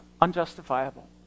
unjustifiable